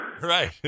Right